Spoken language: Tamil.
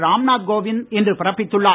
ராம்நாத் கோவிந்த் இன்று பிறப்பித்துள்ளார்